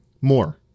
more